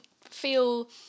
feel